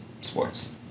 sports